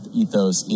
ethos